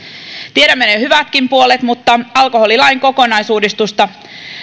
tiedämme ne hyvätkin puolet mutta alkoholilain kokonaisuudistusta